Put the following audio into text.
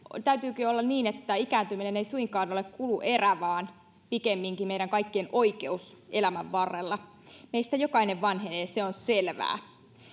täytyykin olla niin että ikääntyminen ei suinkaan ole kuluerä vaan pikemminkin meidän kaikkien oikeus elämän varrella meistä jokainen vanhenee se on selvää